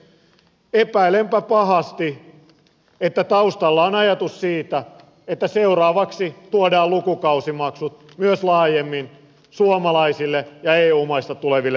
arvoisa puhemies epäilenpä pahasti että taustalla on ajatus siitä että seuraavaksi tuodaan lukukausimaksut myös laajemmin suomalaisille ja eu maista tuleville opiskelijoille